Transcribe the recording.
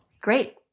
Great